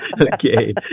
Okay